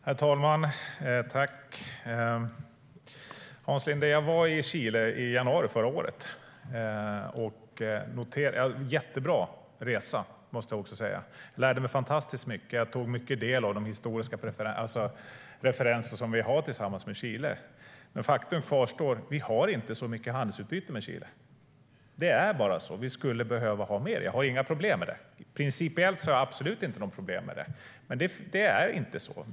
Herr talman! Jag var i Chile i januari förra året, Hans Linde. Det var en jättebra resa; det måste jag säga. Jag lärde mig fantastiskt mycket, och jag tog del av de historiska referenser som vi har tillsammans med Chile. Men faktum kvarstår: Vi har inte så mycket handelsutbyte med Chile. Det är bara så. Vi skulle behöva ha mer. Jag har inga problem med det - principiellt har jag absolut inte några problem med det. Men det är inte så.